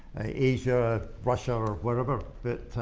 asia, russia, or wherever. but